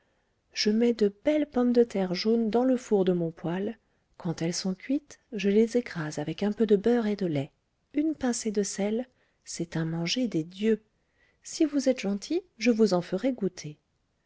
je mets de belles pommes de terre jaunes dans le four de mon poêle quand elles sont cuites je les écrase avec un peu de beurre et de lait une pincée de sel c'est un manger des dieux si vous êtes gentil je vous en ferai goûter